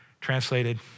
Translated